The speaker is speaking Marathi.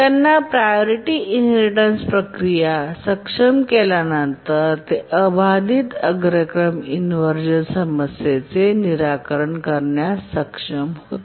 त्यांनी प्रायोरिटी इनहेरिटेन्स प्रक्रिया सक्षम केल्यानंतर ते अबाधित अग्रक्रम इनव्हर्जन समस्येचे निराकरण करण्यास सक्षम होते